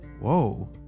Whoa